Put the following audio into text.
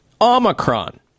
Omicron